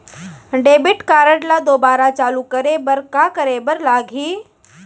Debit card ला दोबारा चालू करे बर का करे बर लागही?